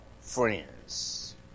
friends